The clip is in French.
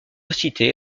cité